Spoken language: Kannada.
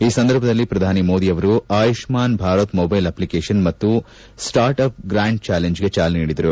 ಈ ಸಂದರ್ಭದಲ್ಲಿ ಪ್ರಧಾನಿ ಮೋದಿಯವರು ಆಯುಷ್ಸಾನ್ ಭಾರತ್ ಮೊಬ್ಬೆಲ್ ಅಷ್ಷಿಕೇಶನ್ ಮತ್ತು ಸ್ಲಾರ್ಟ್ ಅಪ್ ಗ್ರಾಂಡ್ ಚಾಲೆಂಜ್ಗೆ ಚಾಲನೆ ನೀಡಿದರು